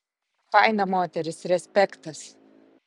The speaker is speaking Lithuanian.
faina moteris respektas